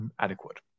adequate